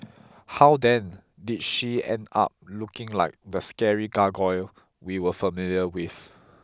how then did she end up looking like the scary gargoyle we were familiar with